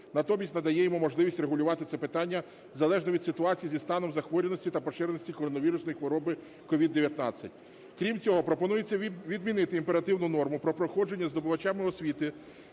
натомість надає йому можливість регулювати це питання залежно від ситуації зі станом захворюваності та поширення коронавірусної хвороби COVID-19. Крім цього, пропонується відмінити імперативну норму про проходження здобувачами освіти